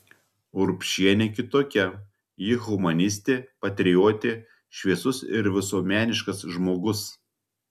urbšienė kitokia ji humanistė patriotė šviesus ir visuomeniškas žmogus